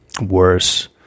worse